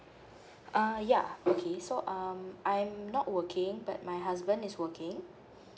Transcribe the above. uh yeah okay so um I'm not working but my husband is working